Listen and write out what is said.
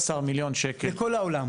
ה-16 מיליון הם לכל העולם,